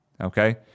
Okay